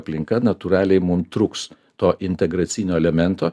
aplinka natūraliai mum trūks to integracinio elemento